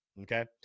okay